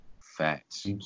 Facts